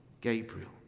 Gabriel